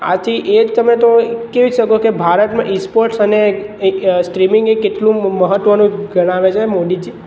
આથી એ તમે તો કહી શકો કે ભારતમાં ઇ સ્પોર્ટ્સ અને એક સ્ટ્રીમિંગ એ કેટલું મહત્ત્વનું ધરાવે છે મોદીજી